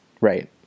Right